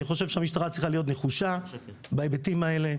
אני חושב שהמשטרה צריכה להיות נחושה בהיבטים האלה,